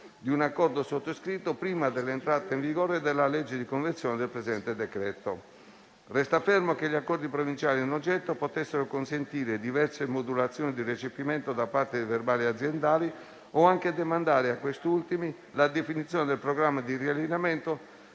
di un accordo sottoscritto prima dell'entrata in vigore della legge di conversione del presente decreto. Resta fermo che gli accordi provinciali in oggetto potessero consentire diverse modulazioni di recepimento da parte dei verbali aziendali o anche demandare a questi ultimi la definizione del programma di riallineamento,